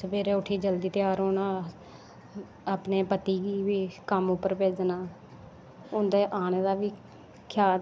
सवेरै उट्ठियै जल्दी त्यार होना अपने पति गी बी कम्म उप्पर भेजना उं'दा आनें दा बी